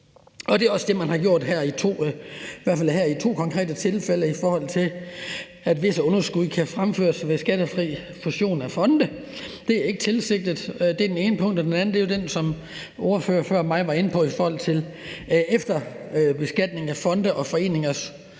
og det er også det, man har gjort her i i hvert fald to konkrete tilfælde, i forhold til at visse underskud kan fremføres ved skattefri fusion af fonde. Det er ikke tilsigtet. Det er det ene punkt. Det andet er jo det, som ordføreren før mig var inde på i forhold til efterbeskatning af fonde og foreningers